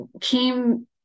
came